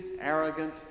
arrogant